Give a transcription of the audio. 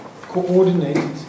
coordinated